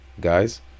Guys